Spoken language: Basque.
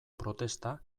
protesta